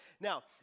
Now